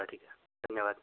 चला ठीक आहे धन्यवाद बाय